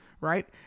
right